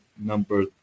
number